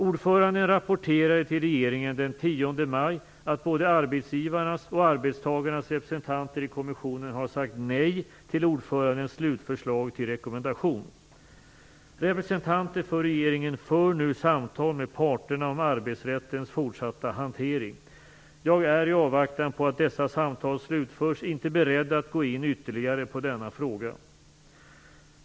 Ordföranden rapporterade till regeringen den 10 maj att både arbetsgivarnas och arbetstagarnas representanter i kommissionen har sagt nej till ordförandens slutförslag till rekommendation. Representanter för regeringen för nu samtal med parterna om arbetsrättens fortsatta hantering. Jag är i avvaktan på att dessa samtal slutförs inte beredd att gå in ytterligare på denna fråga.